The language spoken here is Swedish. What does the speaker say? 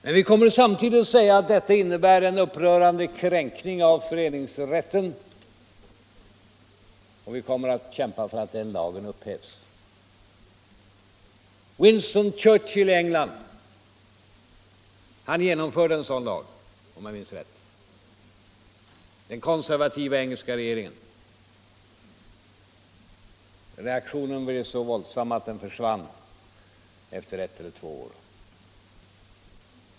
Men vi kommer samtidigt att säga att detta innebär en upprörande kränkning av föreningsrätten, och vi kommer att kämpa för att den lagen upphävs. Winston Churchill och den konservativa regeringen i England genomförde en sådan lag, om jag minns rätt. Reaktionen blev så våldsam att lagen försvann efter ett eller två år.